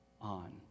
on